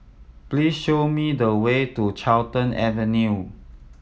please show me the way to Carlton Avenue